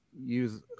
use